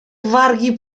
wargi